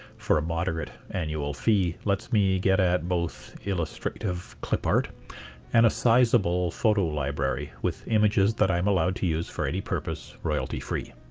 for a moderate annual fee, lets me get at both illustrative clipart and a sizable photo library with images that i'm allowed to use for any purpose, royalty-free.